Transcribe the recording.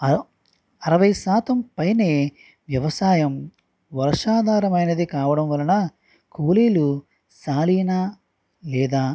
అర అరవై శాతం పైనే వ్యవసాయం వర్షాధారమైనది కావడం వలన కూలీలు సాలీనా లేదా